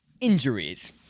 Injuries